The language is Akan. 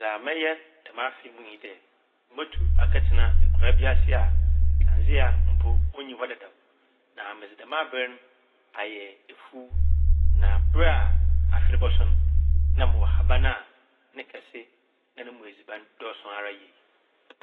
Dza mɛyɛ dɛm afe yi mu nye dɛ motu akɛtsena ekura bi ase a kandzea mpo onnyi hɔ dadaw na medze dɛm aber no ayɛ efuw. Na ber a afe no bɔso no na mowɔ ahaban ne kɛse na no mu edziban dɔɔso ara yie.